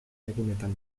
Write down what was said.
egunetan